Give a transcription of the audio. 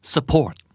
Support